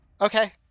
Okay